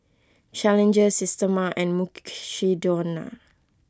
Challenger Systema and Mukshidonna